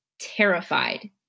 terrified